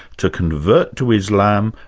to convert to islam,